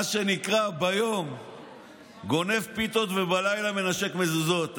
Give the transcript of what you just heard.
מה שנקרא, ביום גונב פיתות ובלילה מנשק מזוזות.